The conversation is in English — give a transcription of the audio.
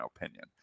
opinion